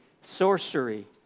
sorcery